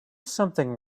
something